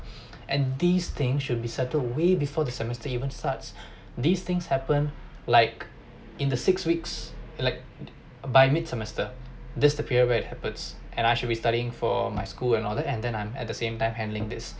and these thing should be settled way before the semester even starts these things happen like in the six weeks like by mid semester this is the period where it happens and I should be studying for my school all that and then I'm at the same time handling this